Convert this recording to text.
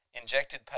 injected